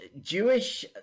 Jewish